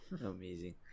amazing